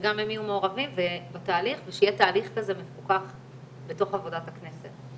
שגם הם יהיו מעורבים בתהליך ושיהיה תהליך כזה מפוקח בתוך עבודת הכנסת.